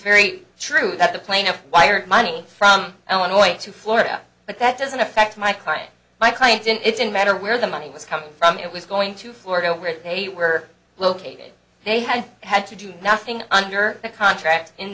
very true that the plaintiff wired money from illinois to florida but that doesn't affect my client my client did it didn't matter where the money was coming from it was going to florida where they were located they had had to do nothing under the contract